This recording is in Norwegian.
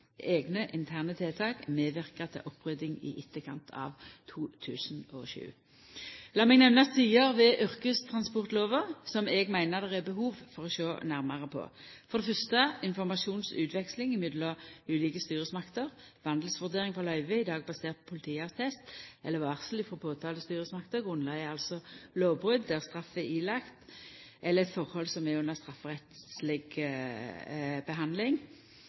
eigne interne tiltak medverka til opprydding i etterkant av 2007. Lat meg nemna sider ved yrkestransportlova som eg meiner det er behov for å sjå nærare på, for det fyrste informasjonsutveksling mellom ulike styresmakter: Vandelsvurdering for løyve er i dag basert på politiattest eller varsel frå påtalestyresmakta. Grunnlaget er altså lovbrot der straff er ilagd, eller eit forhold som er under strafferettsleg behandling.